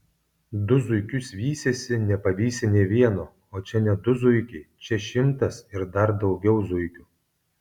du zuikius vysiesi nepavysi nė vieno o čia ne du zuikiai čia šimtas ir dar daugiau zuikių